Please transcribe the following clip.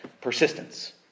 persistence